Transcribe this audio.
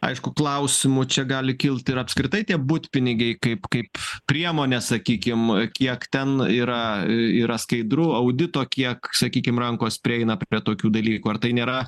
aišku klausimų čia gali kilt ir apskritai tie butpinigiai kaip kaip priemonė sakykim kiek ten yra yra skaidru audito kiek sakykim rankos prieina prie tokių dalykų ar tai nėra